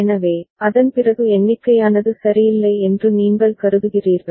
எனவே அதன்பிறகு எண்ணிக்கையானது சரியில்லை என்று நீங்கள் கருதுகிறீர்கள்